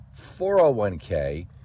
401k